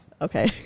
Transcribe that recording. Okay